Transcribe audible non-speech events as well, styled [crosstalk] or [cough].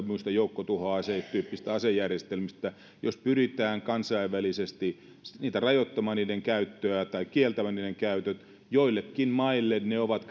muista joukkotuhoasetyyppisistä asejärjestelmistä jos pyritään kansainvälisesti rajoittamaan niiden käyttöä tai kieltämään niiden käyttö joillekin maille ne ovat [unintelligible]